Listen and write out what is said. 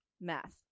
math